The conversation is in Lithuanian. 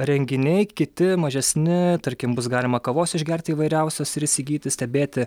renginiai kiti mažesni tarkim bus galima kavos išgerti įvairiausios ir įsigyti stebėti